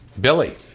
Billy